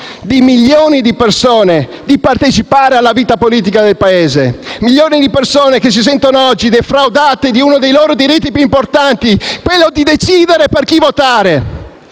di milioni di persone di partecipare alla vita politica del Paese, milioni di persone che si sentono oggi defraudate di uno dei loro diritti più importanti, quello di decidere per chi votare.